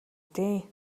дээ